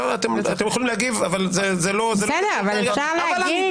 אתם יכולים להגיב, אבל זה לא --- אפשר להגיב?